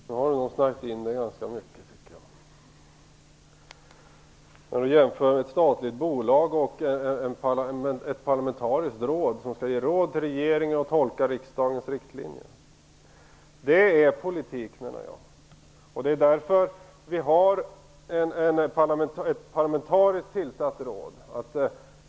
Fru talman! Nu tycker jag nog att Pär-Axel Sahlberg har snärjt in sig ganska mycket. Han jämför alltså ett statligt bolag med ett parlamentariskt råd som skall ge råd till regeringen och tolka riksdagens riktlinjer. Det, menar jag, är politik. Det är därför vi har ett parlamentariskt tillsatt råd.